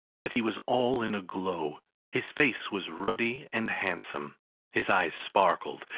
that he was all in a glow his face was ruddy and handsome his eyes sparkled,